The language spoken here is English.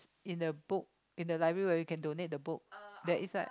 in the book in the library where you can donate the book there is right